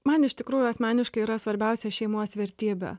man iš tikrųjų asmeniškai yra svarbiausia šeimos vertybė